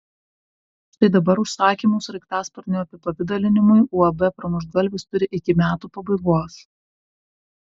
štai dabar užsakymų sraigtasparnių apipavidalinimui uab pramuštgalvis turi iki metų pabaigos